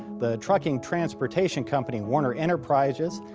the trucking transportation company, werner enterprises,